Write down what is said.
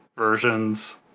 versions